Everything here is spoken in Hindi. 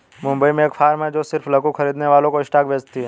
मुंबई में एक फार्म है जो सिर्फ लघु खरीदने वालों को स्टॉक्स बेचती है